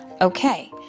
Okay